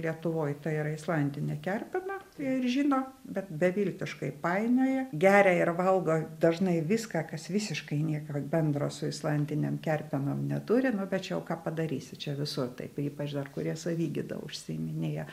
lietuvoj tai yra islandinė kerpena ir žino bet beviltiškai painioja geria ir valgo dažnai viską kas visiškai nieka bendro su islandinėm kerpeno neturi nu bet jau ką padarysi čia visur taip ypač dar kurie savigyda užsiiminėja